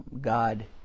God